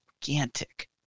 gigantic